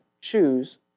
choose